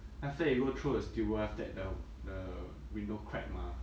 then after that he go throw the steel ball then after that the window crack mah